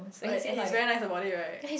uh and he's very nice about it right